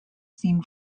seen